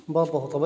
ਬ ਬਹੁਤ ਆ